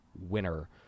winner